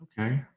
Okay